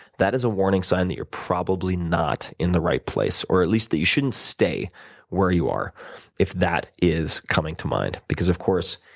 that is a warning sign that you're probably not in the right place, or at least that you shouldn't stay where you are if that is coming to mind. because, of course,